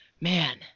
Man